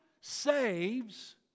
saves